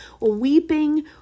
weeping